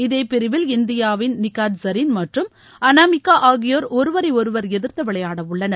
இதே பிரிவில் இந்தியாவின் நிக்காட்கரின் மற்றும் அனாமிக்கா ஆகியோர் ஒருவரை ஒருவர் எதிர்த்து விளையாடவுள்ளனர்